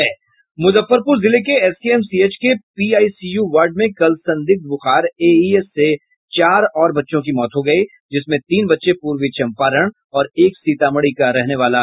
मुजफ्फरपुर जिले के एसकेएमसीएच के पीआईसीयू वार्ड में कल संदिग्ध बुखार एईएस से चार और बच्चों की मौत हो गयी जिसमें तीन बच्चे पूर्वी चंपारण और एक सीतामढ़ी का रहने वाला है